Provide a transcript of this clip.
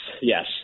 Yes